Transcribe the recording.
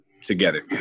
together